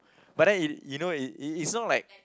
but then you you know it it's it's not like